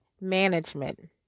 management